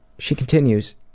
she continues,